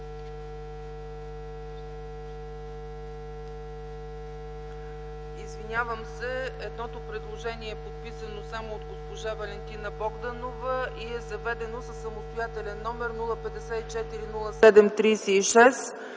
на ДПС. Едното предложение е подписано само от госпожа Валентина Богданова и е заведено със самостоятелен № 054-07-36